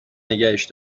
نگهش